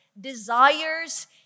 desires